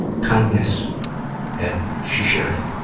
kindness that she shared it. it